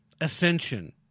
ascension